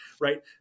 right